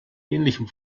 ähnlichem